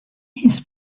his